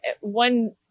one